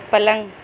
پلنگ